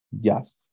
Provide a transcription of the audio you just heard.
Yes